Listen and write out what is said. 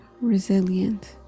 resilient